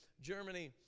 Germany